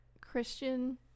Christian